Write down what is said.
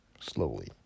Slowly